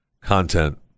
content